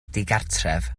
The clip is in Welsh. digartref